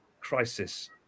crisis